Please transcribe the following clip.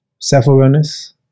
self-awareness